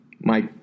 Mike